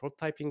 prototyping